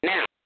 Now